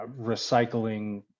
recycling